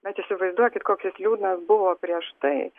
bet įsivaizduokit koks jis liūdnas buvo prieš tai